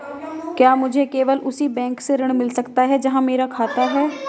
क्या मुझे केवल उसी बैंक से ऋण मिल सकता है जहां मेरा खाता है?